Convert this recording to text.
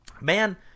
man